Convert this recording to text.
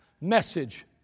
message